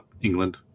England